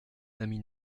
ami